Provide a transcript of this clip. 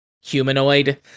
humanoid